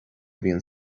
bhíonn